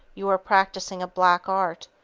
you are practicing black art,